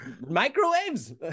microwaves